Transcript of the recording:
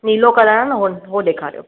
नीलो कलर आहे न हूव उहो ॾेखारियो